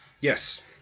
Yes